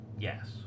Yes